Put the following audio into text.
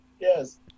Yes